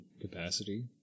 capacity